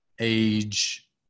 age